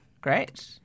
Great